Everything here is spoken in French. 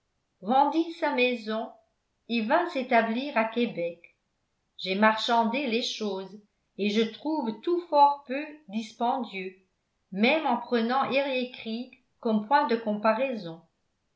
vendît sa maison et vînt s'établir à québec j'ai marchandé les choses et je trouve tout fort peu dispendieux même en prenant eriécreek comme point de comparaison